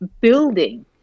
building